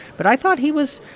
but i thought he was,